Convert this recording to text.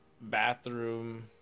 bathroom